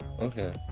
Okay